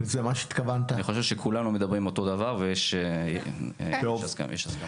אני חושב שכולנו מדברים על אותו דבר ויש הסכמה בעניין.